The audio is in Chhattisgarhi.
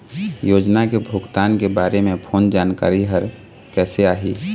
योजना के भुगतान के बारे मे फोन जानकारी हर कइसे आही?